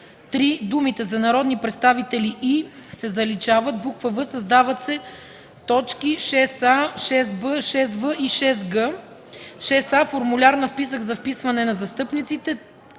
3 думите „за народни представители и” се заличават; в) създават се т. 6а, 6б, 6в и 6г: „6а. формуляр на списък за вписване на застъпниците;